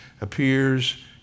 appears